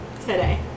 today